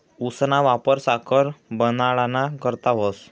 ऊसना वापर साखर बनाडाना करता व्हस